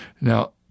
Now